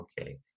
Okay